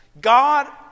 God